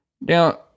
Now